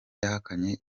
yahakanye